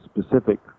specific